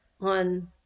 on